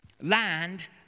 Land